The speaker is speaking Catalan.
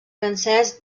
francès